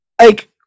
Like-